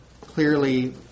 clearly